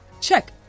check